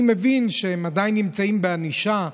אני מבין שהם עדיין נמצאים בענישה,